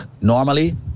Normally